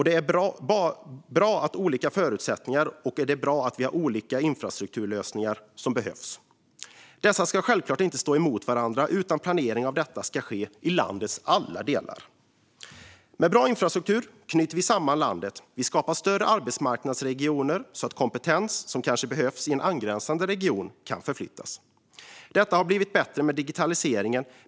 Det är olika förutsättningar, och det behövs olika infrastrukturlösningar. Dessa ska självklart inte stå emot varandra, utan planering av detta ska ske i landets alla delar. Med bra infrastruktur knyter vi samman landet. Vi skapar större arbetsmarknadsregioner så att kompetens som kanske behövs i en angränsande region kan förflyttas. Detta har blivit bättre med digitaliseringen.